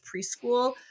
Preschool